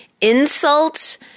Insult